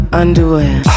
underwear